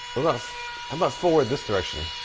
but um ah forward this direction?